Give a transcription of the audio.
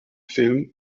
film